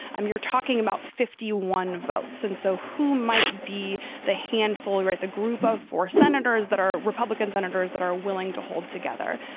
um you're talking about fifty one votes. and so who might be the handful or at the group of four senators that are republican senators that are willing to hold together?